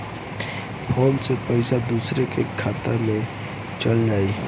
Phone से पईसा दूसरे के खाता में चल जाई?